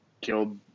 killed